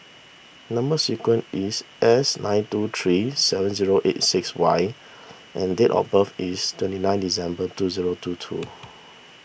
Number Sequence is S nine two three seven zero eight six Y and date of birth is twenty nine December two zero two two